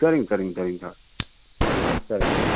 சரிங்க சரிங்க சரிங்க சார் சரிங்க சார்